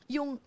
Yung